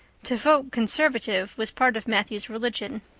to vote conservative was part of matthew's religion.